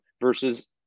versus